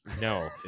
No